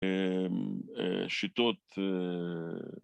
‫שיטות...